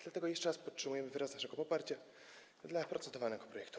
Dlatego jeszcze raz podtrzymujemy nasze poparcie dla procedowanego projektu.